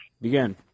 Begin